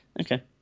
Okay